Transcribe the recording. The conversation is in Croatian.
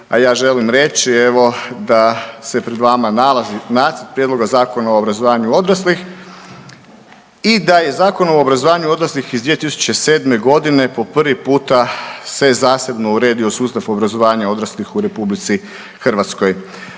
A ja želim reći evo da se pred vama nalazi Nacrt prijedloga Zakona o obrazovanju odraslih i da je Zakonom o obrazovanju odraslih iz 2007. godine po prvi puta se zasebno uredio sustav obrazovanja odraslih u RH. Nakon